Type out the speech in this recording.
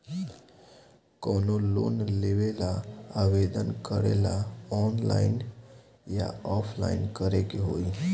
कवनो लोन लेवेंला आवेदन करेला आनलाइन या ऑफलाइन करे के होई?